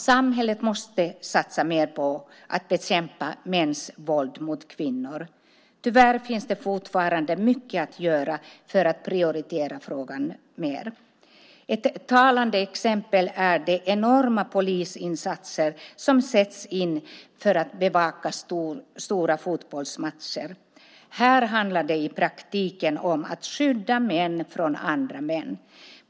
Samhället måste satsa mer på att bekämpa mäns våld mot kvinnor. Tyvärr finns det fortfarande mycket att göra för att prioritera frågan mer. Ett talande exempel är de enorma polisinsatser som sätts in för att bevaka stora fotbollsmatcher. Här handlar det i praktiken om att skydda män från andra män.